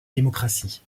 démocratie